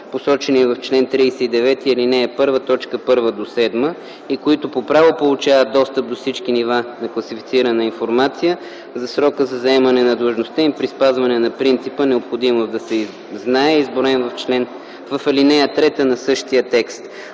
посочени в чл. 39, ал. 1, т 1-7, и които по право получават достъп до всички нива на класифицирана информация за срока на заемане на длъжността им при спазване на принципа „необходимост да се знае”, изброени в ал. 3 на същия текст.